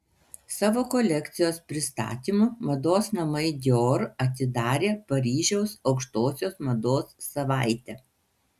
savo kolekcijos pristatymu mados namai dior atidarė paryžiaus aukštosios mados savaitę